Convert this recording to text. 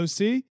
OC